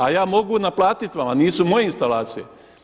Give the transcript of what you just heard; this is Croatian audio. A ja mogu naplatiti vama, nisu moje instalacije.